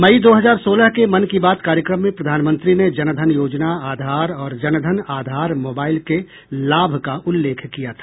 मई दो हजार सोलह के मन की बात कार्यक्रम में प्रधानमंत्री ने जनधन योजना आधार और जनधन आधार मोबाइल के लाभ का उल्लेख किया था